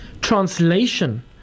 translation